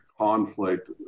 conflict